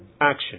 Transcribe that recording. action